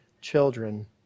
children